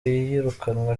iyirukanwa